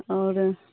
और